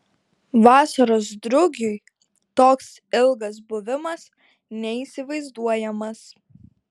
vasaros drugiui toks ilgas buvimas neįsivaizduojamas